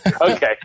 okay